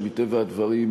שמטבע הדברים,